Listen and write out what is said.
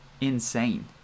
insane